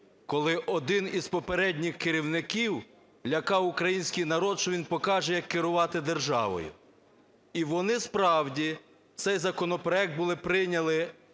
коли один із попередніх керівників лякав український народ, що він покаже, як керувати державою. І вони справді цей законопроект були прийняли